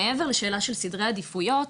מעבר לשאלה של סדרי עדיפויות,